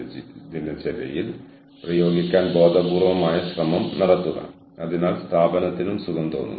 അതിനാൽ മാനവ വിഭവശേഷിയുടെ അടിത്തറയ്ക്കായി അവയുടെ കഴിവുകൾ അപ്ഡേറ്റ് ചെയ്ത് വിഭവങ്ങളുടെ സ്ഥിരമായ ഒഴുക്ക് എങ്ങനെ നേടുന്നു